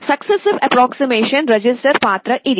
successive approximation register పాత్ర ఇది